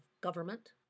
government